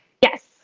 Yes